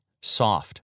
soft